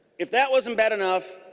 if that wasn't bad enough